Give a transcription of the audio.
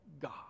God